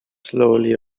slowly